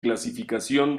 clasificación